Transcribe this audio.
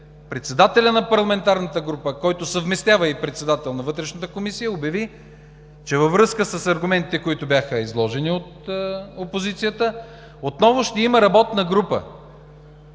председателят на парламентарната група, който съвместява и председателството на Вътрешната комисия, обяви, че във връзка с аргументите, които бяха изложени от опозицията, отново ще има работна група.